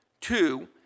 two